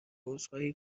عذرخواهی